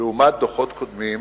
לעומת דוחות קודמים